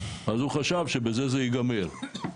אז הוא חשב שבזה זה ייגמר.